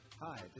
Hi